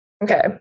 Okay